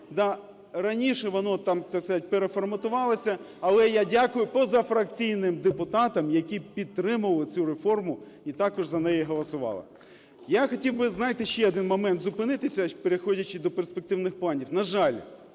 Раніше воно, так сказати, переформатувалося. Але я дякую позафракційним депутатам, які підтримали цю реформу і також за неї голосували. Я хотів би, знаєте, ще один момент, зупинитися, переходячи до перспективних планів. На жаль,